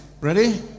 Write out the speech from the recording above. ready